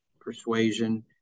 persuasion